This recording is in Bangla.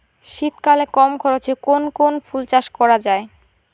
শীতকালে কম খরচে কোন কোন ফুল চাষ করা য়ায়?